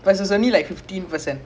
two two eh